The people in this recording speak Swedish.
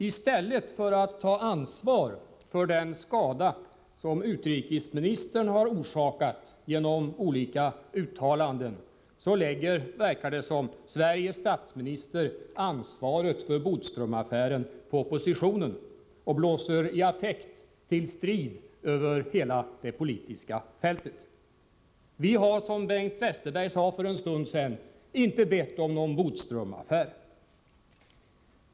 I stället för att ta ansvar för den skada som utrikesministern har orsakat genom olika uttalanden lägger, verkar det, Sveriges statsminister ansvaret för Bodströmaffären på oppositionen och blåser i affekt till strid över hela det politiska fältet. Vi har, som Bengt Westerberg sade för en stund sedan, inte bett om någon Bodströmaffär.